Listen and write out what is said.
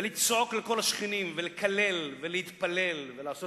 ולצעוק לכל השכנים, ולקלל, ולהתפלל, ולעשות